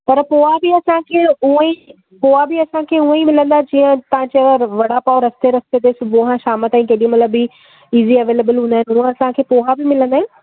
पर पोहा बि असांखे उएं ई पोहा बि असांखे उएं ई मिलंदा जीअं तां चयो आहे वड़ा पाव रस्ते रस्ते ते सुबुहु खां शाम ताईं केॾी महिल बि ईज़ी अवेलेबिल हूंदा आहिनि उएं असांखे पोहा बि मिलंदा आहिनि